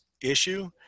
issue